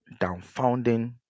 downfounding